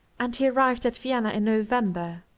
and he arrived at vienna in november.